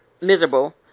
miserable